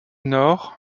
nord